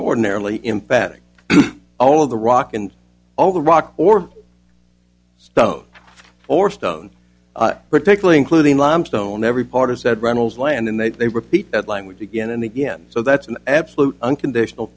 extraordinarily impacting all of the rock and all the rock or stone or stone particularly including limestone every part of said runnels land and then they repeat that language again and again so that's an absolute unconditional